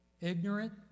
ignorant